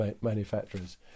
manufacturers